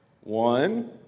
One